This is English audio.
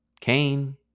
Cain